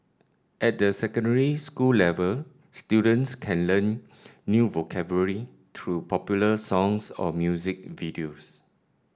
at the secondary school level students can learn new vocabulary through popular songs or music videos